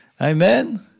Amen